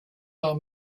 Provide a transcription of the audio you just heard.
are